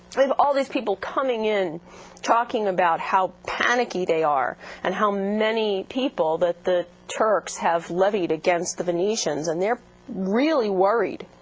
with all these people coming in talking about how panicky they are and how many people that the turks have levied against the venetians, and they're really worried.